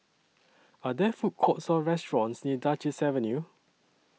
Are There Food Courts Or restaurants near Duchess Avenue